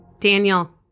Daniel